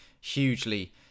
hugely